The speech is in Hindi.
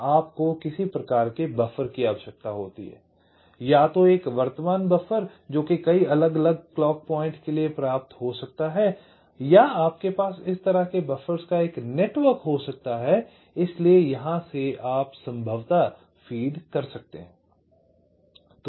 तो आपको किसी प्रकार के बफर की आवश्यकता है या तो एक वर्तमान बफर जो कि कई अलग अलग घड़ी पॉइंट के लिए प्रयाप्त हो सकता है या आपके पास इस तरह के बफ़र्स का एक नेटवर्क हो सकता है इसलिए यहां से आप संभवतः फ़ीड कर सकते हैं